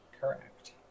correct